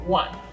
one